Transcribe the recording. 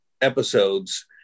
episodes